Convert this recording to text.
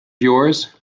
yours